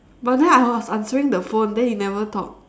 but then I was answering the phone then you never talk